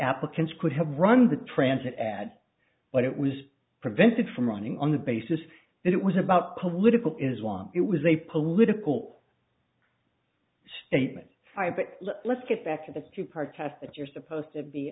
applicants could have run the transit ads but it was prevented from running on the basis that it was about political is want it was a political statement why but let's get back to the street protest that you're supposed to be